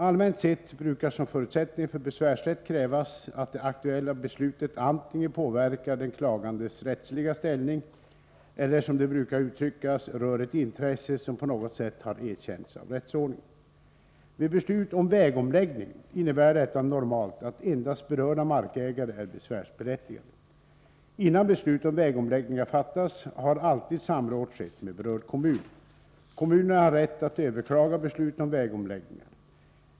Allmänt sett brukar som förutsättning för besvärsrätt krävas att det aktuella beslutet antingen påverkar den klagandes rättsliga ställning eller, som det brukar uttryckas, rör ett intresse som på något sätt har erkänts av rättsordningen. Vid beslut om vägomläggning innebär detta normalt att endast berörda markägare är besvärsberättigade. Innan beslut om vägomläggningar fattas har alltid samråd skett med berörd kommun. Kommunerna har rätt att överklaga beslut om vägomläggningar.